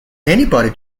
anybody